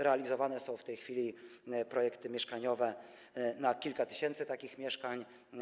Realizowane są w tej chwili projekty mieszkaniowe na kilka tysięcy takich mieszkań.